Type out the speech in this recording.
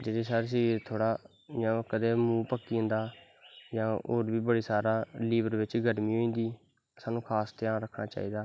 जेह्दे नै साढ़ा शरीर इयां पक्की जंदा जां होर बी बड़ा सारा लीवर बिच्च गर्मी होई जंदी साह्नू खास ध्यान रक्खनां चाही दा